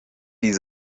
die